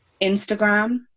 Instagram